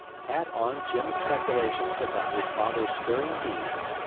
pat on jim's speculations about his father's stirring deeds,